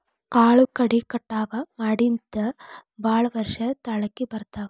ಕಾಳು ಕಡಿ ಕಟಾವ ಮಾಡಿಂದ ಭಾಳ ವರ್ಷ ತಾಳಕಿ ಬರ್ತಾವ